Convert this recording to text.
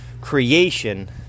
creation